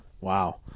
Wow